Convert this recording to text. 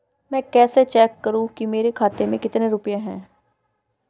मैं कैसे चेक करूं कि मेरे खाते में कितने रुपए हैं?